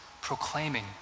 proclaiming